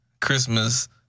Christmas